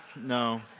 no